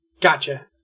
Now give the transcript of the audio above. Gotcha